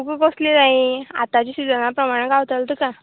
तुका कसलीं जायी आतांच्या सिजना प्रमाणे घालतले तुका